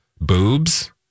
Boobs